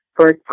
first